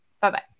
Bye-bye